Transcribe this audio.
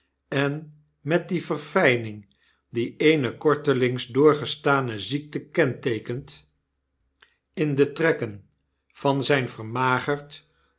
en met die verfijning die eene kortelings doorgestane ziekte kenteekent in de trekken van zyn vermagerd